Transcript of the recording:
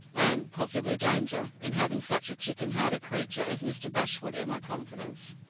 and possibly danger, in having such a chicken-hearted creature as mr. bashwood in my confidence.